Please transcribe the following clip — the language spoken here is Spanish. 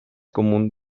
común